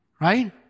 right